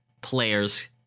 players